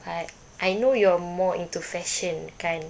but I know you're more into fashion kan